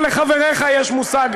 מזל שלך ולחבריך יש מושג.